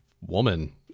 woman